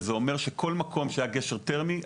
וזה אומר שכל מקום בו היה גשר תרמי,